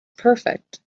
perfect